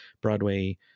Broadway